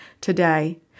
today